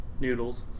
Noodles